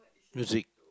music